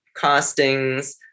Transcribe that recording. castings